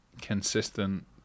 consistent